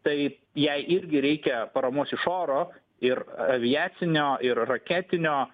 tai jai irgi reikia paramos iš oro ir aviacinio ir raketinio